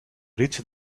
reach